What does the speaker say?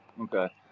Okay